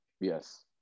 Yes